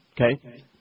Okay